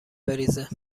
بریزه